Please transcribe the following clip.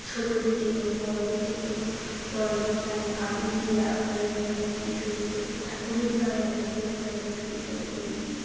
ছোট থেকে হোক বড়দের থেকে হোক বড়দের পায়ে আবির দিয়ে আমরা এই দিনটা দিয়ে শুরু করি ঠাকুরের পায়ে আবির দিয়ে আমরা দিন শুরু করি হোলির দিন